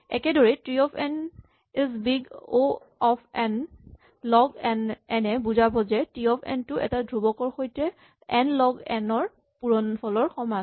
একেদৰেই T of n is big O of n log n এ বুজাব যে টি অফ এন টো এটা ধ্ৰুৱকৰ সৈতে এন লগ এন ৰ পূৰণ ফলৰ সমান